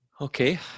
okay